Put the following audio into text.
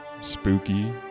spooky